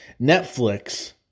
Netflix